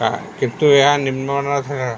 କିନ୍ତୁ ଏହା ନିମ୍ନମାନର ଥିଲା